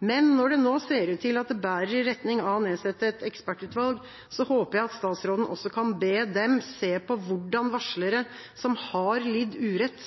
Men når det nå ser ut til at det bærer i retning av å nedsette et ekspertutvalg, håper jeg at statsråden også kan be dem se på hvordan varslere som har lidd urett,